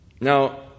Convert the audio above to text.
Now